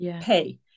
pay